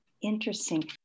Interesting